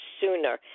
sooner